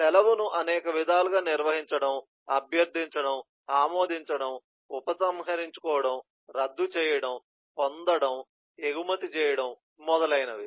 సెలవును అనేక విధాలుగా నిర్వహించడం అభ్యర్థించడం ఆమోదించడం ఉపసంహరించుకోవడం రద్దు చేయడం పొందడం ఎగుమతి చేయడం మొదలైనవి